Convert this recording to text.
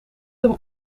hem